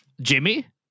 Jimmy